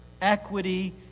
equity